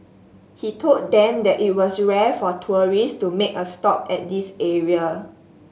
he told them that it was rare for tourist to make a stop at this area